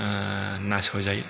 नासय जायो